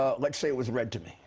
ah let's say it was read to me.